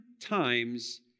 times